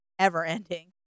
ever-ending